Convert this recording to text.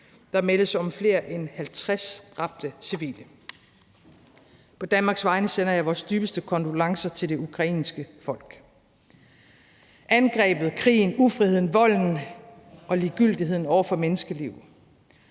Der meldes om flere end 50 dræbte civile. På Danmarks vegne sender jeg vores dybeste kondolence til det ukrainske folk. Angrebet, krigen, ufriheden, volden og ligegyldigheden over for menneskeliv